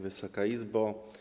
Wysoka Izbo!